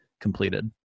completed